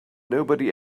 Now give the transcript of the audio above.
nobody